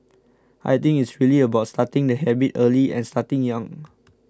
I think it's really about starting the habit early and starting young